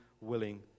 willing